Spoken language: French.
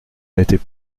n’était